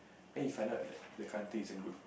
then you find out the country isn't good